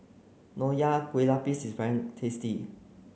Nonya Kueh Lapis is very tasty